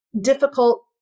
difficult